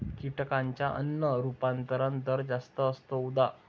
कीटकांचा अन्न रूपांतरण दर जास्त असतो, उदा